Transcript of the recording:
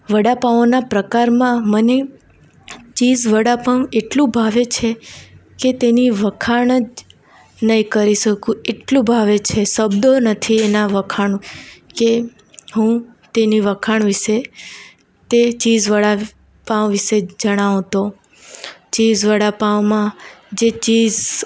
વડાપાંવોના પ્રકારોમાં મને ચીઝ વડાપાંવ એટલું ભાવે છે કે તેની વખાણ જ નહીં કરી શકું એટલું ભાવે છે શબ્દો નથી એના વખાણ કે હું તેને વખાણ વિષે તે ચીઝ વડાપાંવ વિષે જણાવું તો ચીઝ વડાપાંવમાં જે ચીઝ